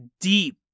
deep